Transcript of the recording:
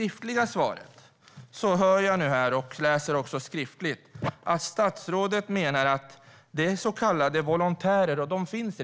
I svaret från statsrådet säger han att så kallade volontärer redan finns.